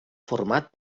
format